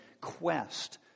quest